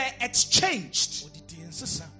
exchanged